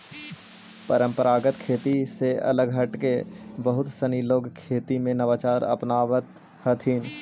परम्परागत खेती से अलग हटके बहुत सनी लोग खेती में नवाचार अपनावित हथिन